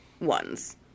ones